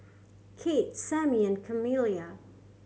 Kate Sammie and Kamila